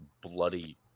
bloody